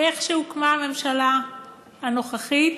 מייד כשהוקמה הממשלה הנוכחית,